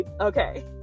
Okay